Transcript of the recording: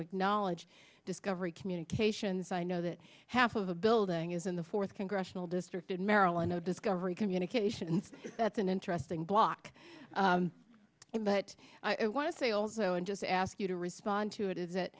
acknowledge discovery communications i know that half of the building is in the fourth congressional district in maryland of discovery communications that's an interesting block in but i want to say also in just ask you to respond to it is